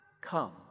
Come